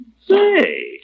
Say